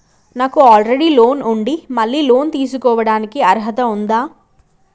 నాకు already loan ఉండి మళ్ళీ లోన్ తీసుకోవడానికి అర్హత ఉందా?